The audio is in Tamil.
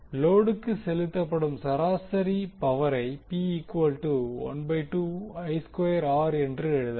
லோடுக்கு செலுத்தப்படும் சராசரி பவரை P ½ என்று எழுதலாம்